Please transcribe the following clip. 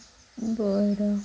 बरं